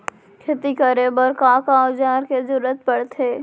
खेती करे बर का का औज़ार के जरूरत पढ़थे?